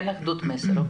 אין אחידות מסר.